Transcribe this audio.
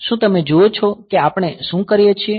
શું તમે જુઓ છો કે આપણે શું કરીએ છીએ